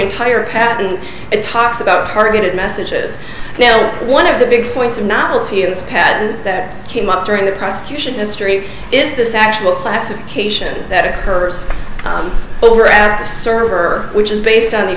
entire patent it talks about targeted messages now one of the big points of novelty and patent that came up during the prosecution history is this actual classification that occurs over a half server which is based on